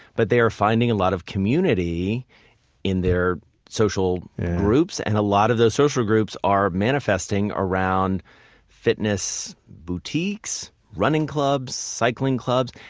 but they are finding a lot of community in their social groups. and a lot of those social groups are manifesting around fitness boutiques, running clubs, cycling clubs.